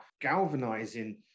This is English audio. galvanizing